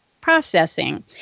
processing